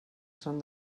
són